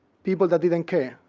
people that didn't care.